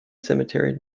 cemetery